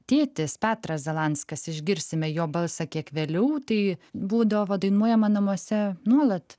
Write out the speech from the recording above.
tėtis petras zalanskas išgirsime jo balsą kiek vėliau tai būdavo dainuojama namuose nuolat